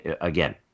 again